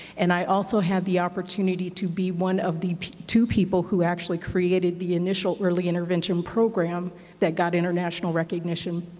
and i also had the opportunity to be one of the two people who actually created the initial early intervention program that got international recognition